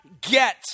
get